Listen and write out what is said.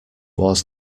was